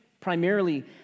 primarily